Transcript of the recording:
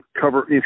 cover